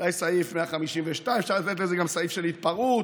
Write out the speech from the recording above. אולי סעיף 152. אפשר לתת לזה גם סעיף של התפרעות,